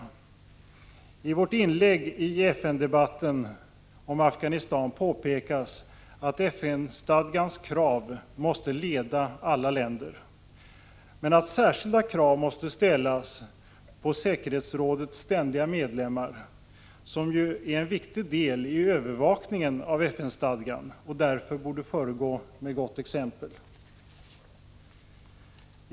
107 I vårt inlägg i FN-debatten om Afghanistan påpekas att FN-stadgans krav måste leda alla länder, men att särskilda krav måste ställas på säkerhetsrådets ständiga medlemmar, som ju har en viktig uppgift att fylla i övervakningen av FN-stadgan och därför borde föregå med gott exempel.